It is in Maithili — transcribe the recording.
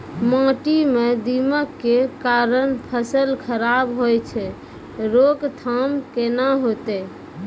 माटी म दीमक के कारण फसल खराब होय छै, रोकथाम केना होतै?